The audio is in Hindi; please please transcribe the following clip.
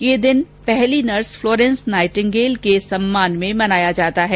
यह दिन पहली नर्स फ्लोरेंस नाइटिंगेल के सम्मान में मनाया जाता है